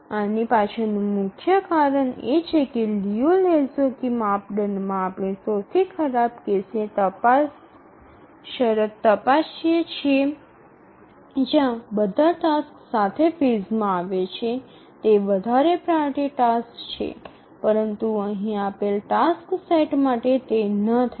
આની પાછળનું મુખ્ય કારણ એ છે કે લિયુ લેહોકસ્કી માપદંડમાં આપણે સૌથી ખરાબ કેસની શરત તપાસીએ છીએ જ્યાં બધા ટાસ્ક સાથે ફેઝમાં આવે છે તે વધારે પ્રાઓરિટી ટાસક્સ છે પરંતુ પછી આપેલ ટાસ્ક સેટ માટે તે ન થાય